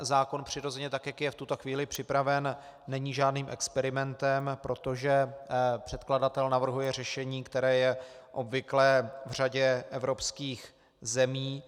Zákon přirozeně, tak jak je v tuto chvíli připraven, není žádným experimentem, protože předkladatel navrhuje řešení, které je obvyklé v řadě evropských zemí.